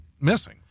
missing